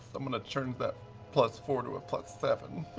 i'm going to turn that plus four to a plus seven.